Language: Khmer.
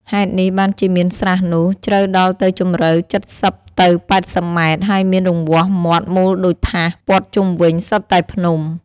ហេតុនេះ បានជាមានស្រះនោះ ជ្រៅដល់ទៅជម្រៅ ៧០-៨០ ម៉ែត្រ ហើយមានរង្វះមាត់មូលដូចថាស ព័ទ្ធជុំវិញសុទ្ធតែភ្នំ។